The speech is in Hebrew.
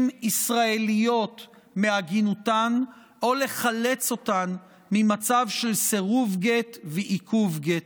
ישראליות מעגינותן או לחלץ אותן ממצב של סירוב גט ועיכוב גט?